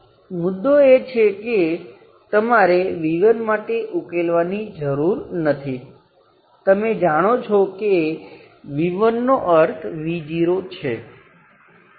હવે આપણી પાસે શું છે ચાલો હું આની નકલ કરું હવે આપણે એક વાયર લીધો છે અને આ બધાંને ભેગાં કરીએ છીએ